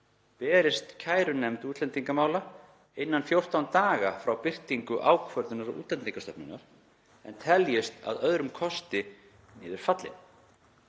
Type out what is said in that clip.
berist kærunefnd útlendingamála innan 14 daga frá birtingu ákvörðunar Útlendingastofnunar en teljist að öðrum kosti niður fallin.